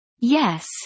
Yes